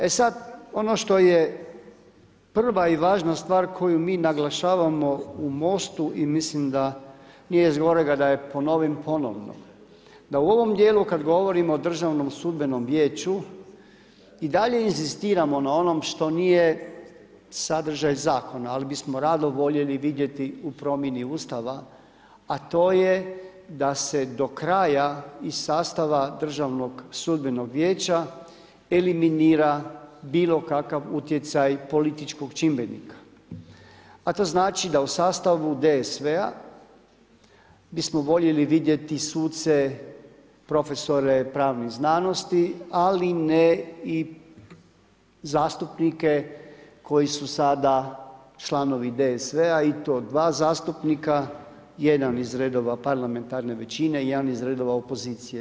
E sada, ono što je prva i važna stvar koju mi naglašavamo u MOST-u i mislim da nije zgorega da je ponovim ponovno da u ovom dijelu kada govorimo o Državnom sudbenom vijeću i dalje inzistiramo na onom što nije sadržaj zakona ali bismo rado voljeli vidjeti u promjeni Ustava a to je da se do kraja iz sastava Državnog sudbenog vijeća eliminira bilo kakav utjecaj političkog čimbenika a to znači da u sastavu DSV-a bismo voljeli vidjeti suce, profesore pravnih znanosti ali ne i zastupnike koji su sada članovi DSV-a i to dva zastupnika, jedan iz redova parlamentarne većine i jedan iz redova opozicije.